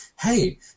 hey